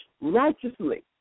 righteously